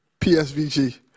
PSVG